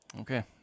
Okay